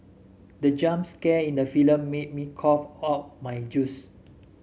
the jump scare in the film made me cough out my juice